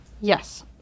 Yes